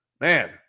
Man